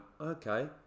okay